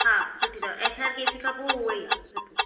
हा सुठी अथव एछ आर के सी खां पोइ उहो ई आहे सुठो